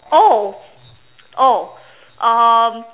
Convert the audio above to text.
oh oh um